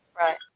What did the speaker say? Right